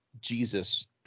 Jesus